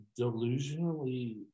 delusionally